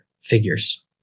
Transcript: figures